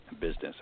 Business